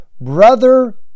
Brother